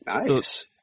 nice